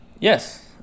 Yes